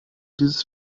dieses